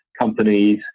companies